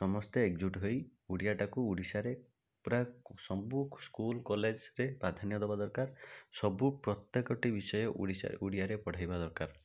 ସମସ୍ତେ ଏକଜୁଟ୍ ହୋଇ ଓଡ଼ିଆଟାକୁ ଓଡ଼ିଶାରେ ପୁରା ସବୁ ସ୍କୁଲ କଲେଜରେ ପ୍ରାଧାନ୍ୟ ଦେବା ଦରକାର ସବୁ ପ୍ରତ୍ୟେକଟି ବିଷୟ ଓଡ଼ିଶାରେ ଓଡ଼ିଆରେ ପଢ଼ାଇବା ଦରକାର